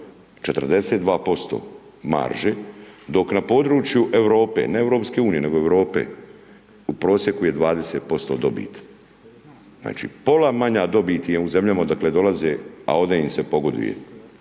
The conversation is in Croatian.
42% marže, dok na području Europe, ne EU, nego Europe, u prosjeku je 20% dobiti. Znači, pola manja dobit je u zemljama odakle dolaze, a ovdje im se pogoduje,